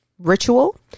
Ritual